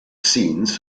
scenes